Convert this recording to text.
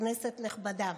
כנסת נכבדה,